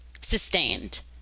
sustained